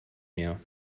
mir